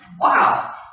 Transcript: Wow